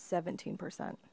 seventeen percent